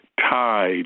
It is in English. tied